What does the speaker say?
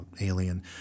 alien